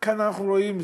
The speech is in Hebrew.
כאן אנחנו רואים,